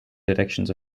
directions